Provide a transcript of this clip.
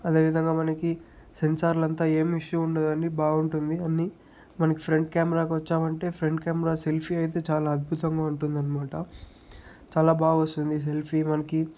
అదేవిధంగా మనకి సెన్సార్లంతా ఏమి ఇష్యూ ఉండదండి బాగుంటుంది అన్ని మనకి ఫ్రంట్ కెమెరాకి వచ్చామంటే ఫ్రంట్ కెమెరా సెల్ఫీ అయితే చాలా అద్భుతంగా ఉంటుందనమాట చాలా బాగొస్తుంది సెల్ఫీ మనకి